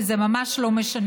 כי זה ממש לא משנה,